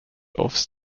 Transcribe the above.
auf